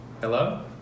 Hello